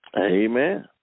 Amen